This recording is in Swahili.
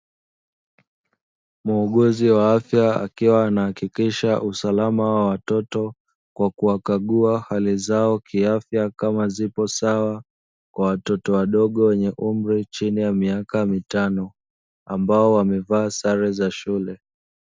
Muuguzi wa afya akiwa anahakikisha usalama wa watoto kwa kuwakagua hali zao kiafya kama zipo sawa, kwa watoto wadogo wenye umri chini ya miaka mitano, ambao wamevaa sare za shule.